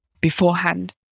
beforehand